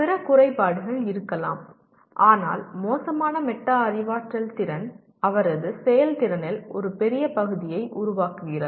பிற குறைபாடுகள் இருக்கலாம் ஆனால் மோசமான மெட்டா அறிவாற்றல் திறன் அவரது செயல்திறனில் ஒரு பெரிய பகுதியை உருவாக்குகிறது